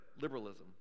Liberalism